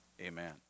Amen